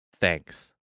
Thanks